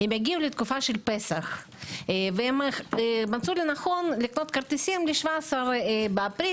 יגיעו לתקופת פסח ומצאו לנכון לקנות כרטיסים ל-17 באפריל,